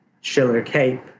Schiller-Cape